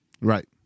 Right